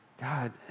God